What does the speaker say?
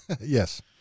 yes